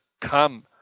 come